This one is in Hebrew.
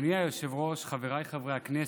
אדוני היושב-ראש, חבריי חברי הכנסת,